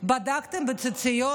בדקתם בציציות?